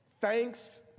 thanks